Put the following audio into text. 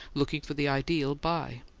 looking for the ideal buy.